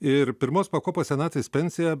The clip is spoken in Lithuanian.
ir pirmos pakopos senatvės pensiją